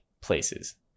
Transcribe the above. places